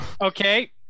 Okay